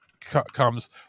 comes